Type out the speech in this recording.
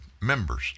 members